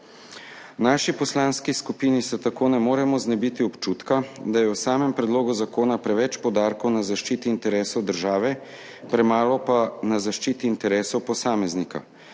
naši poslanski skupini se tako ne moremo znebiti občutka, da je v samem predlogu zakona preveč poudarkov na zaščiti interesov države, premalo pa na zaščiti interesov posameznika.